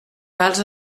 gals